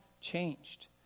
changed